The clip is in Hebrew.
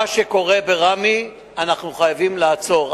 מה שקורה בראמה, אנחנו חייבים לעצור.